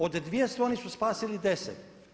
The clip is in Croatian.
Od 200 oni su spasili 10.